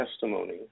testimony